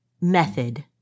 method